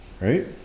Right